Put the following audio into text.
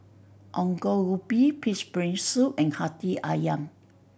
Ongol Ubi Pig's Brain Soup and Hati Ayam